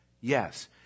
Yes